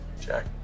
Jack